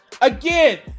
Again